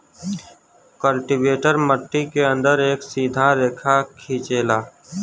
cultivator मट्टी के अंदर एक सीधा रेखा खिंचेला